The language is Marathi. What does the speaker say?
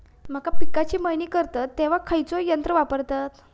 मका पिकाची मळणी करतत तेव्हा खैयचो यंत्र वापरतत?